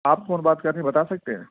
آپ کون بات کر رہے ہیں بتا سکتے ہیں